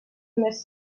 més